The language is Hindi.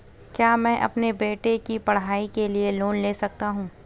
क्या मैं अपने बेटे की पढ़ाई के लिए लोंन ले सकता हूं?